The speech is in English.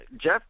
Jeff